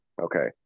Okay